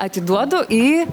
atiduodu į